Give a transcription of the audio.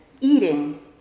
eating